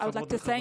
אני מודה לכם,